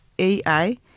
A-I